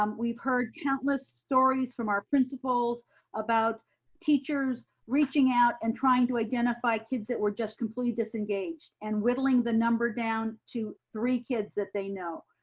um we've heard countless stories from our principals about teachers reaching out and trying to identify kids that were just completely disengaged and whittling the number down to three kids that they know.